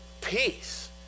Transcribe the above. peace